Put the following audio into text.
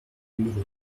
numéro